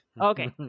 Okay